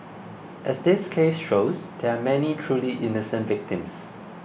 as this case shows there are many truly innocent victims